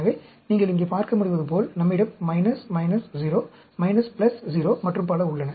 எனவே நீங்கள் இங்கே பார்க்க முடிவதுபோல் நம்மிடம் மைனஸ் மைனஸ் 0 மைனஸ் பிளஸ் 0 மற்றும் பல உள்ளன